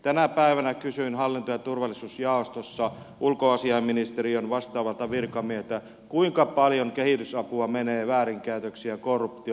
tänä päivänä kysyin hallinto ja turvallisuusjaostossa ulkoasiainministeriön vastaavalta virkamieheltä kuinka paljon kehitysapua menee väärinkäytöksiin ja korruptioon